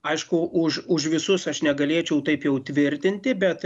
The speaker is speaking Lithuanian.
aišku už už visus aš negalėčiau taip jau tvirtinti bet